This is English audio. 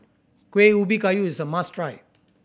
Kueh Ubi Kayu is a must try